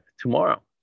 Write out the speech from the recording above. tomorrow